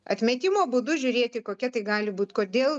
atmetimo būdu žiūrėti kokia tai gali būt kodėl